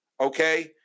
okay